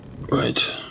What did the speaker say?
Right